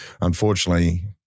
Unfortunately